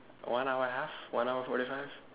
one hour half one hour forty five